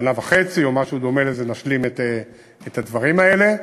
שנה וחצי או משהו דומה לזה נשלים את הדברים האלה.